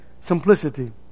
Simplicity